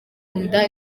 nkunda